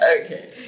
Okay